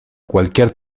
cualquier